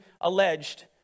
alleged